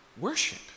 worship